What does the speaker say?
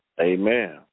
amen